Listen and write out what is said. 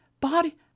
body